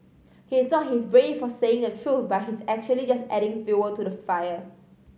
he thought he's brave for saying the truth but he's actually just adding fuel to the fire